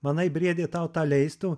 manai briedė tau tą leistų